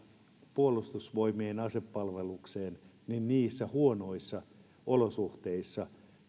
puolustusvoimien asepalvelukseen niissä huonoissa olosuhteissa